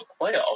playoffs